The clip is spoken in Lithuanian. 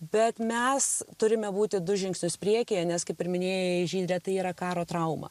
bet mes turime būti du žingsnius priekyje nes kaip ir minėjai žydre tai yra karo trauma